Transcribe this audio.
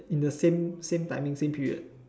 in the same same timing same period